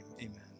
Amen